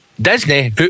Disney